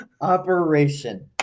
Operation